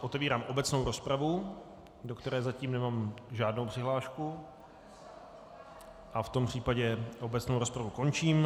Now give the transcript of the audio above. Otevírám obecnou rozpravu, do které zatím nemám žádnou přihlášku, v tom případě obecnou rozpravu končím.